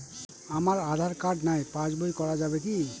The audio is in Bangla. আমার আঁধার কার্ড নাই পাস বই করা যাবে কি?